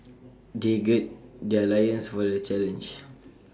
they gird their loins for the challenge